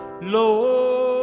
Lord